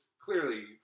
Clearly